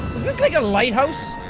is this like a lighthouse?